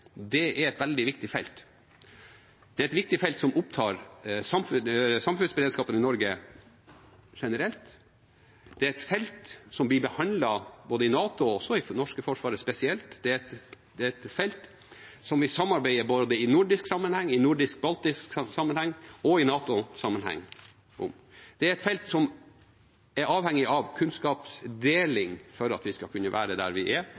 Det er et veldig viktig felt. Det er et viktig felt som opptar samfunnsberedskapen i Norge generelt, det er et felt som blir behandlet både i NATO og i det norske forsvaret spesielt, og det er et felt vi samarbeider om både i nordisk sammenheng, i nordisk-baltisk sammenheng og i NATO-sammenheng. Det er et felt som er avhengig av kunnskapsdeling for at vi skal kunne være der vi er,